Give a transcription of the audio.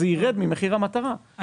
זה ירד ממחיר המטרה,